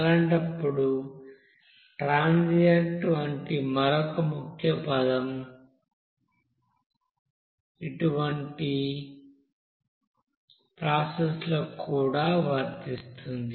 అలాంటప్పుడు ట్రాన్సియెంట్ వంటి మరొక ముఖ్యమైన పదం ఇది అటువంటి ప్రాసెస్ లకు కూడా వర్తిస్తుంది